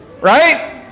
right